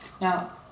Now